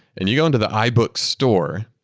and you go into the ibooks store,